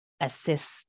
assist